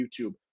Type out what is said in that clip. YouTube